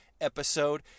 episode